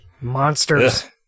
monsters